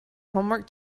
homework